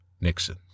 Nixon